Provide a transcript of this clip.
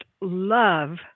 love